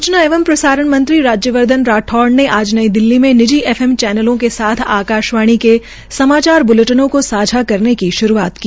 सूचना एवं प्रसारण मंत्री राज्यवर्धन राठौड़ ने आज नई दिल्ली में निजी एफ एम चैनलों के साथ आकाशवाणीके समाचार ब्लेटिनों को सांझा करने की श्रूआत की